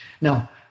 Now